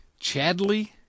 Chadley